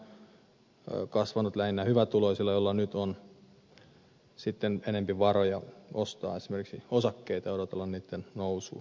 ostovoima on kasvanut lähinnä hyvätuloisilla joilla nyt on sitten enempi varoja ostaa esimerkiksi osakkeita ja odotella niitten arvon nousua